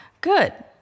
Good